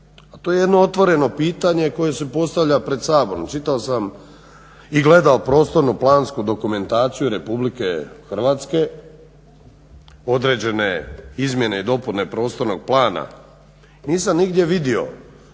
to je jedno otvoreno pitanje koje se postavlja pred Saborom. Čitao sam i gledao Prostorno-plansku dokumentaciju RH određene izmjene i dopune prostornog plana, nisam nigdje vidio